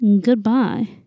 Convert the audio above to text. goodbye